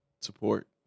support